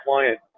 client